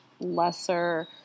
lesser